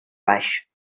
baix